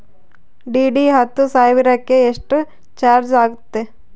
DD ಹತ್ತು ಸಾವಿರಕ್ಕೆ ಎಷ್ಟು ಚಾಜ್೯ ಆಗತ್ತೆ?